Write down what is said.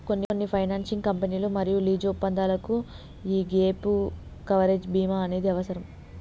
కొన్ని ఫైనాన్సింగ్ కంపెనీలు మరియు లీజు ఒప్పందాలకు యీ గ్యేప్ కవరేజ్ బీమా అనేది అవసరం